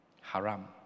haram